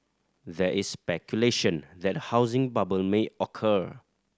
there is speculation that a housing bubble may occur